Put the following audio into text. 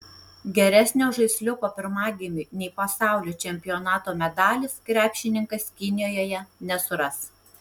geresnio žaisliuko pirmagimiui nei pasaulio čempionato medalis krepšininkas kinijoje nesuras